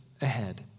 ahead